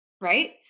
Right